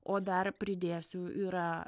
o dar pridėsiu yra